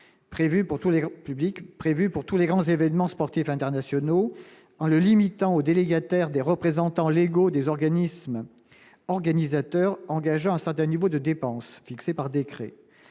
prévus pour tous les grands événements sportifs internationaux en le limitant aux délégataire des représentants légaux des organismes organisateur engageant Asada niveau de dépenses fixé par décret,